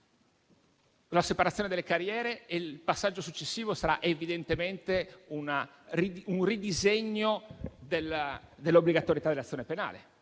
la separazione delle carriere; il passaggio successivo sarà evidentemente un ridisegno dell'obbligatorietà dell'azione penale,